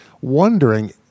wondering